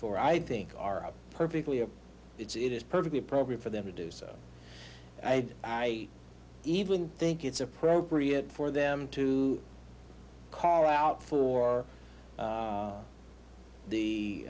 for i think are perfectly and it is perfectly appropriate for them to do so i even think it's appropriate for them to call out for